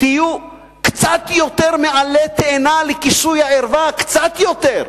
תהיו קצת יותר מעלה תאנה לכיסוי הערווה, קצת יותר.